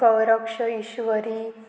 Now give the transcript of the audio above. गौरक्ष इश्वरी